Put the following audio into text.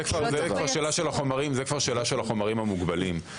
זה שאלה של החומרים המוגבלים.